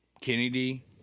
Kennedy